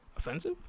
Offensive